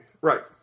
Right